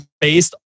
based